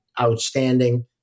outstanding